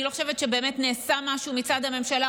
אני לא חושבת שבאמת נעשה משהו מצד הממשלה.